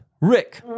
Rick